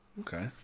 okay